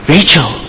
Rachel